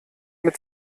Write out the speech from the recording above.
mit